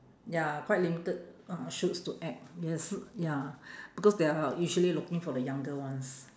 ya quite limited uh shoots to act yes ya because they are usually looking for the younger ones